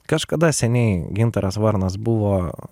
kažkada seniai gintaras varnas buvo